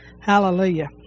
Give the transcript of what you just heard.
Hallelujah